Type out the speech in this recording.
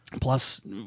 Plus